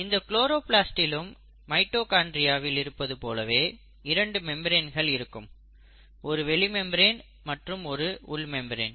இந்த குளோரோபிளாஸ்ட்டிலும் மைட்டோகாண்ட்ரியாவில் இருப்பது போலவே இரண்டு மெம்பரேன்கள் இருக்கும் ஒரு வெளி மெம்பரேன் மற்றும் ஒரு உள் மெம்பரேன்